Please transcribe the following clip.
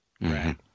Right